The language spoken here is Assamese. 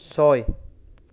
ছয়